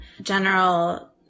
general